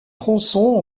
tronçon